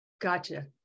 Gotcha